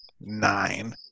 nine